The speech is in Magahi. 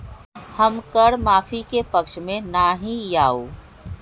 हम कर माफी के पक्ष में ना ही याउ